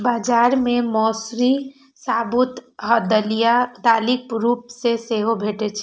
बाजार मे मौसरी साबूत आ दालिक रूप मे सेहो भैटे छै